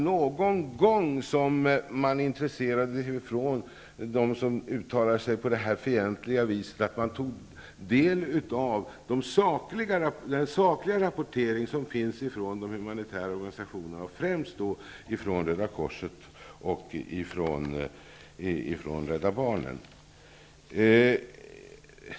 Någon gång borde väl de som uttalar sig så här fientligt ta del av de sakliga rapporterna från olika humanitära organisationer, främst från Röda korset och Rädda barnen.